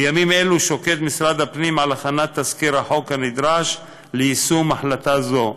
בימים אלו שוקד משרד הפנים על הכנת תזכיר החוק הנדרש ליישום החלטה זו.